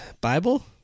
Bible